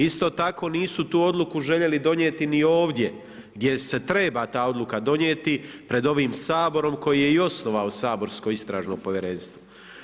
Isto tako nisu tu odluku željeli donijeti ni ovdje gdje se treba da odluka donijeti, pred ovom Saborom koji je i osnovao saborsko Istražno povjerenstvo.